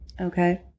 Okay